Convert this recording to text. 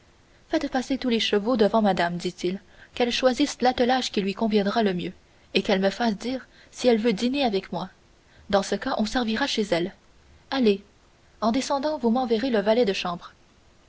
faites passer tous les chevaux devant madame dit-il qu'elle choisisse l'attelage qui lui conviendra le mieux et qu'elle me fasse dire si elle veut dîner avec moi dans ce cas on servira chez elle allez en descendant vous m'enverrez le valet de chambre